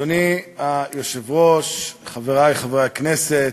אדוני היושב-ראש, חברי חברי הכנסת,